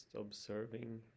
observing